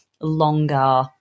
longer